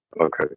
Okay